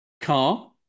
car